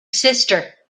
sister